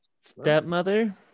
Stepmother